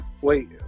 Wait